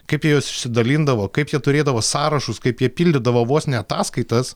kaip jie juos išsidalindavo kaip jie turėdavo sąrašus kaip jie pildydavo vos ne ataskaitas